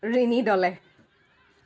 ৰিণি দলে